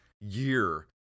year